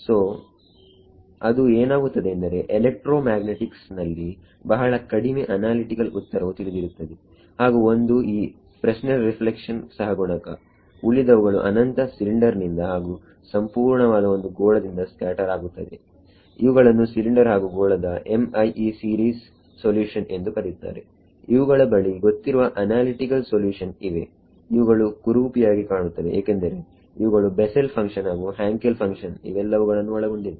ಸೋಅದು ಏನಾಗುತ್ತದೆ ಎಂದರೆ ಎಲೆಕ್ಟ್ರೋಮ್ಯಾಗ್ನೆಟಿಕ್ಸ್ ನಲ್ಲಿ ಬಹಳ ಕಡಿಮೆ ಅನಾಲಿಟಿಕಲ್ ಉತ್ತರವು ತಿಳಿದಿರುತ್ತದೆ ಹಾಗು ಒಂದು ಈ ಫ್ರೆಸ್ನೆಲ್ ರಿಫ್ಲೆಕ್ಷನ್ ಸಹಗುಣಕಉಳಿದವುಗಳು ಅನಂತ ಸಿಲಿಂಡರ್ ನಿಂದ ಹಾಗು ಸಂಪೂರ್ಣವಾದ ಒಂದು ಗೋಳದಿಂದ ಸ್ಕ್ಯಾಟರ್ ಆಗುತ್ತದೆ ಇವುಗಳನ್ನು ಸಿಲಿಂಡರ್ ಹಾಗು ಗೋಳದ Mie ಸೀರೀಸ್ ಸೊಲ್ಯುಷನ್ ಎಂದು ಕರೆಯುತ್ತಾರೆ ಇವುಗಳ ಬಳಿ ಗೊತ್ತಿರುವ ಅನಾಲಿಟಿಕಲ್ ಸೊಲ್ಯುಷನ್ ಇವೆ ಇವುಗಳು ಕುರೂಪಿಯಾಗಿ ಕಾಣುತ್ತವೆ ಏಕೆಂದರೆ ಇವುಗಳು ಬೆಸೆಲ್ ಫಂಕ್ಷನ್ ಹಾಗು ಹ್ಯಾಂಕೆಲ್ ಫಂಕ್ಷನ್ ಇವೆಲ್ಲವುಗಳನ್ನು ಒಳಗೊಂಡಿದೆ